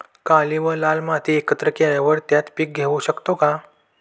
काळी व लाल माती एकत्र केल्यावर त्यात पीक घेऊ शकतो का?